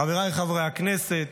חבריי חברי הכנסת,